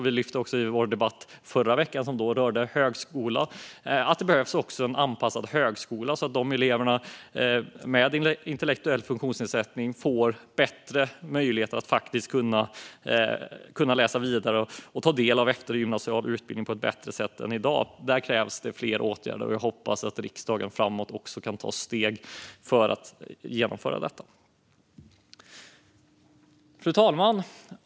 Vi pekade på detta i vår debatt i förra veckan, som rörde högskola: Det behövs också en anpassad högskola så att elever med intellektuell funktionsnedsättning får bättre möjlighet att läsa vidare och ta del av eftergymnasial utbildning på ett bättre sätt än i dag. Där krävs fler åtgärder, och jag hoppas att riksdagen framöver kan ta steg för att genomföra detta. Fru talman!